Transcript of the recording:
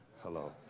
Hello